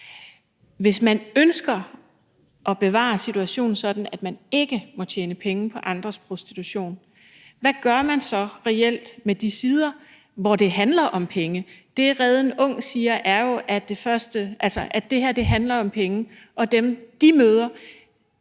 Hvis man ønsker at bevare situationen sådan, at man ikke må tjene penge på andres prostitution, hvad gør man så reelt med de sider, hvor det handler om penge? Det, RedenUng siger, er, at det her handler om penge, og dem, de møder,